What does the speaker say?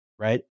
right